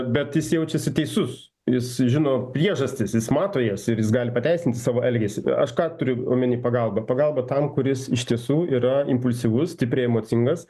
bet jis jaučiasi teisus jis žino priežastis jis mato jas ir jis gali pateisinti savo elgesį aš ką turiu omeny pagalba pagalba tam kuris iš tiesų yra impulsyvus stipriai emocingas